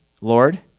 Lord